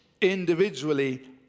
individually